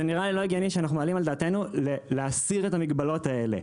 נראה לי קצת לא הגיוני שאנחנו מעלים על דעתנו להסיר את המגבלות הללו.